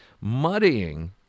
Muddying